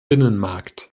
binnenmarkt